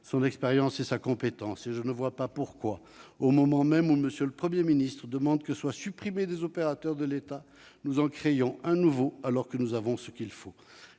son expérience et sa compétence. Et je ne vois pas pourquoi, au moment même où le Premier ministre demande que des opérateurs de l'État soient supprimés, nous en créerions un nouveau alors que nous avons ce qu'il faut.